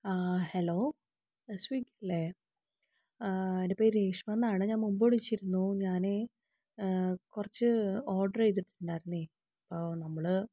ആ ഹലോ സ്വിഗ്ഗി അല്ലേ എൻ്റെ പേര് രേഷ്മ എന്നാണ് ഞാൻ മുമ്പ് വിളിച്ചിരുന്നു ഞാൻ കുറച്ച് ഓർഡർ ചെയ്തിട്ടുണ്ടായിരുന്നേ അപ്പോൾ നമ്മൾ